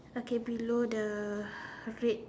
okay below the red